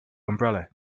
umbrella